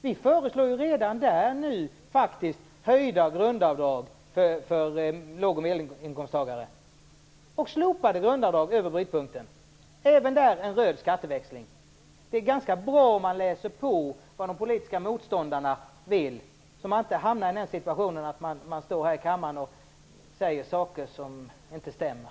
Vi föreslår där faktiskt höjda grundavdrag för låg och medelinkomsttagare samt slopade grundavdrag ovanför brytpunkten. Även där har vi en röd skatteväxling. Det är ganska bra att läsa på vad de politiska motståndarna vill, så att man inte hamnar i situationen att man säger saker i denna kammare som inte stämmer.